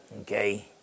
Okay